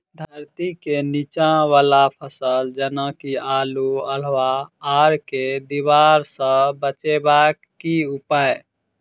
धरती केँ नीचा वला फसल जेना की आलु, अल्हुआ आर केँ दीवार सऽ बचेबाक की उपाय?